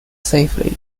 safely